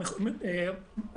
אני מדבר ---.